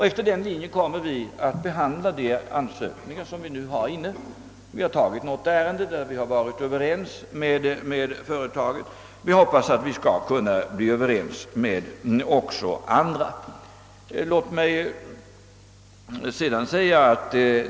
Efter den linjen kommer vi att behandla de ansökningar vi har inne. Vi har redan avgjort något ärende där vi varit ense med företaget, och vi hoppas kunna komma överens också med andra.